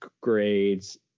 grades